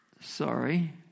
Sorry